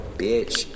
bitch